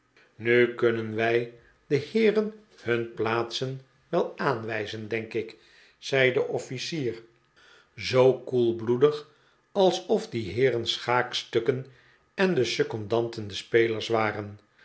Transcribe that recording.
nu kunnen wij den heeren hun plaatsen wel a'anwijzen denk ik zei de officier zoo koelbloedig alsof die heeren schaakde pickwick club stukken en de secondanten de spelers waren